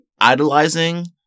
idolizing